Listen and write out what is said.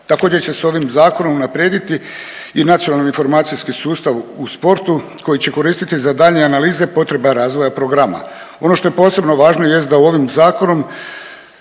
Također će se ovim zakonom unaprijediti i nacionalni informacijski sustav u sportu koji će koristiti za daljnje analize potreba razvoja programa. Ono što je posebno jest da u ovim zakonom